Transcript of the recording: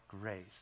grace